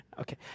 Okay